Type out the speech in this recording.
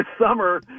summer